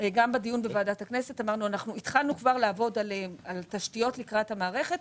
גם בדיון בוועדת הכנסת התחלנו כבר לעבוד על תשתיות לקראת המערכת.